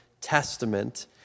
Testament